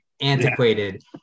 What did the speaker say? antiquated